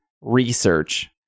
research